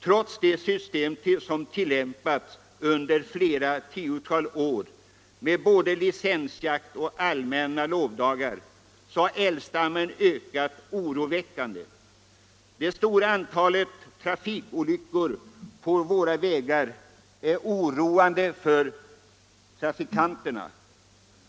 Trots det system som tillämpats under flera tiotal år, med både licensjakt och allmänna lovdagar, så har älgstammen ökat oroväckande. Det stora antalet trafikolyckor med älgar inblandade på våra vägar är även oroväckande för trafikanterna.